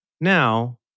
Now